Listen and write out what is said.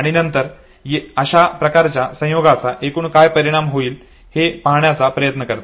आणि नंतर अशा प्रकारच्या संयोगांचा एकूण परिणाम काय होईल हे पाहण्याचा प्रयत्न करता